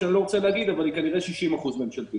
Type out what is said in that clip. שאני לא רוצה להגיד אבל היא כנראה 60% ממשלתית.